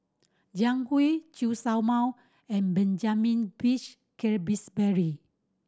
Jiang Hu Chen Show Mao and Benjamin Peach Keasberry